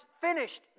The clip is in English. finished